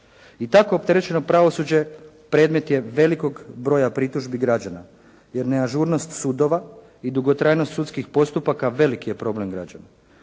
I tako opterećeno pravosuđe predmet je velikog broja pritužbi građana jer neažurnost sudova i dugotrajnost sudskih postupaka veliki je problem građana.